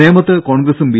നേമത്ത് കോൺഗ്രസും ബി